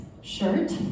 shirt